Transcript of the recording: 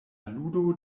ludo